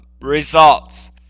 results